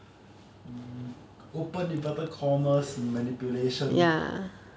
mm open inverted commas manipulation